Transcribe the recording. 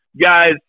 guys